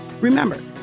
Remember